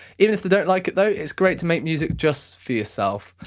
even if they don't like it, though, it's great to make music just for yourself.